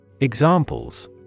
Examples